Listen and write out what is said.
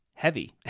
heavy